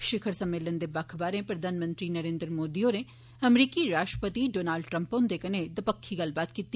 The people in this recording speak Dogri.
षिखर सम्मेलन दे बक्ख बाह्रें प्रधानमंत्री नरेन्द्र मोदी होरें अमरीकी राष्ट्रपति डानाल्ड ट्रंप हुंदे कन्नै दपक्खी गल्लबात कीती